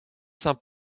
saint